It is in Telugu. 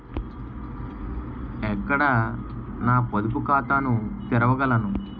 ఎక్కడ నా పొదుపు ఖాతాను తెరవగలను?